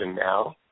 now